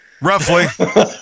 Roughly